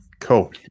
Cool